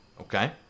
Okay